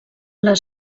les